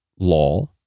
law